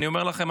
אני אומר לכם,